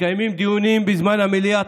מתקיימים דיונים בזמן המליאה,